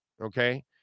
okay